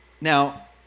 Now